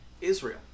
Israel